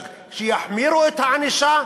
שיחמירו את הענישה?